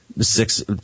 Six